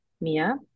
Mia